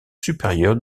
supérieure